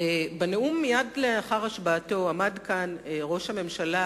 בנאום מייד לאחר השבעתו עמד כאן ראש הממשלה